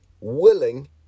willing